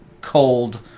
cold